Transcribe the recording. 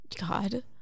God